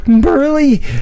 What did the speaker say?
burly